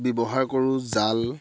ব্যৱহাৰ কৰোঁ জাল